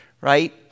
right